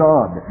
God